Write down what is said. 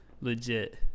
legit